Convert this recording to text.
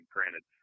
Granted